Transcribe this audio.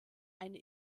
eine